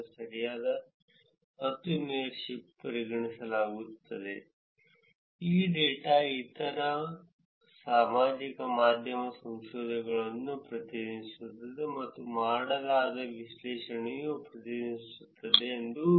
ಮತ್ತು ಇದು ತೋರಿಸಲು ಬಹಳ ಮುಖ್ಯವಾಗಿದೆ ಏಕೆಂದರೆ ವಿಮರ್ಶಕರು ಮತ್ತು ಓದುಗರು ವಾಸ್ತವವಾಗಿ ಈ ಡೇಟಾವು ಇತರ ಸಾಮಾಜಿಕ ಮಾಧ್ಯಮ ಸಂಶೋಧನೆಗಳನ್ನು ಪ್ರತಿನಿಧಿಸುತ್ತದೆ ಮತ್ತು ಮಾಡಲಾದ ವಿಶ್ಲೇಷಣೆಯನ್ನು ಪ್ರತಿನಿಧಿಸುತ್ತದೆ ಎಂದು ನಂಬಬಹುದು